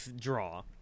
draw